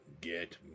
get